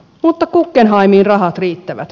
mutta guggenheimiin rahat riittävät